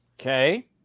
Okay